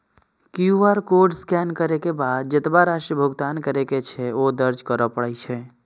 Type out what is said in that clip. QR code scan करै के बाद जेतबा राशि भुगतान करै के छै, ओ दर्ज करय पड़ै छै